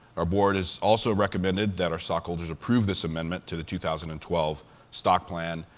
our board has also recommended that our stockholders approve this amendment to the two thousand and twelve stock plan.